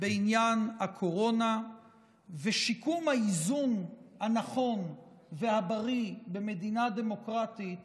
בעניין הקורונה ושיקום האיזון הנכון והבריא במדינה דמוקרטית